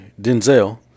Denzel